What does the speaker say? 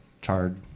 charred